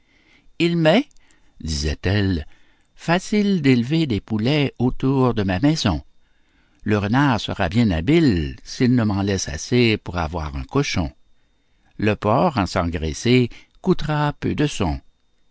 il m'est disait-elle facile d'élever des poulets autour de ma maison le renard sera bien habile s'il ne m'en laisse assez pour avoir un cochon le porc à s'engraisser coûtera peu de son